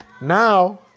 Now